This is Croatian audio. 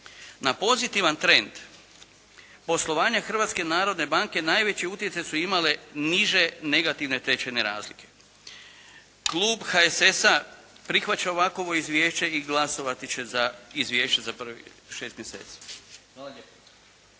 Na pozitivan trend poslovanja Hrvatske narodne banke najveći utjecaj su imale niže negativne tečajne razlike. Klub HSS-a prihvaća ovakovo izvješće i glasovati će za izvješće za prvih šest mjeseci. Hvala lijepo.